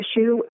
issue